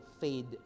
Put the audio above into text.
fade